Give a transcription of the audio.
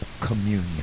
communion